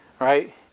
Right